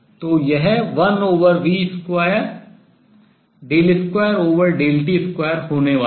तो यह 1v2 2t2 होने वाला है